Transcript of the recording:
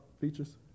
features